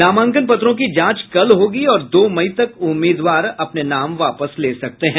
नामांकन पत्रों की जांच कल होगी और दो मई तक उम्मीदवार अपने नाम वापस ले सकते हैं